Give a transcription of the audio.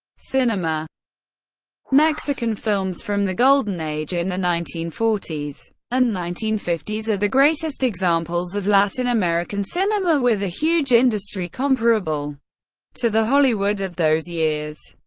cinema mexican films from the golden age in the nineteen forty s and nineteen fifty s are the greatest examples of latin american cinema, with a huge industry comparable to the hollywood of those years.